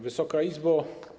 Wysoka Izbo!